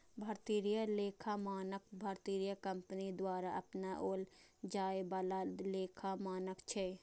भारतीय लेखा मानक भारतीय कंपनी द्वारा अपनाओल जाए बला लेखा मानक छियै